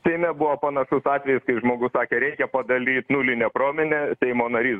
seime buvo panašus atvejis kai žmogus sakė reikia padalyt nulinę promilę seimo narys